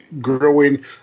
growing